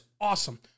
awesome